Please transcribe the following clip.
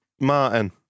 Martin